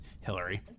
Hillary